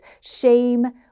shame